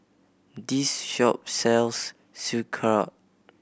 this shop sells Sauerkraut